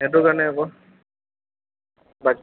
সেইটো কাৰণে আকৌ বাকী